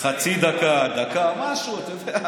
חצי דקה, דקה, משהו, אתה יודע.